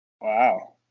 Wow